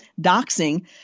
doxing